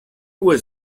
was